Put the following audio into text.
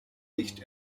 nicht